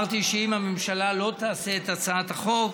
שאם הממשלה לא תעשה את הצעת החוק,